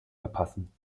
verpassen